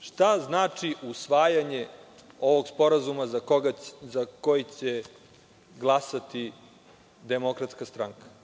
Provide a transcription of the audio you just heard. šta znači usvajanje ovog sporazuma za koji će glasati DS. To znači,